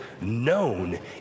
known